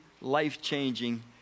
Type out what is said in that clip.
life-changing